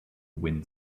wind